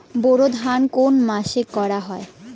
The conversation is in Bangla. বোরো ধান কোন মাসে করা হয়?